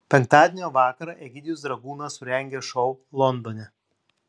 penktadienio vakarą egidijus dragūnas surengė šou londone